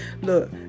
look